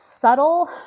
subtle